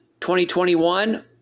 2021